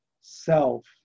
self